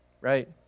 right